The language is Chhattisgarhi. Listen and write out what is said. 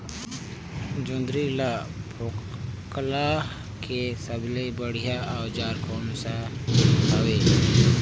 जोंदरी ला फोकला के सबले बढ़िया औजार कोन सा हवे?